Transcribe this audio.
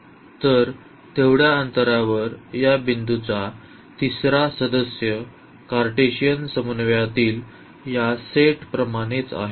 तर तेवढ्या अंतरावर या बिंदूचा तिसरा सदस्य कार्टेशियन समन्वयातील या सेट प्रमाणेच आहे